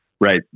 right